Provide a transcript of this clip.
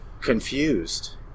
confused